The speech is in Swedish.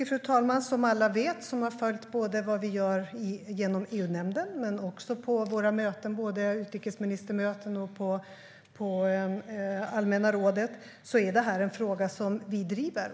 Fru talman! Som alla vet som har följt vad vi gör genom EU-nämnden men också på våra möten, både utrikesministermöten och i allmänna rådet, är det här en fråga som vi driver.